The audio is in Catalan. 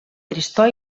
tristor